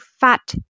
fat